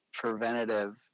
preventative